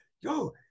Yo